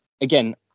again